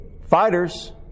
fighters